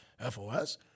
FOS